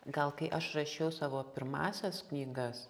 gal kai aš rašiau savo pirmąsias knygas